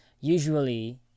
usually